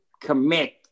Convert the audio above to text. commit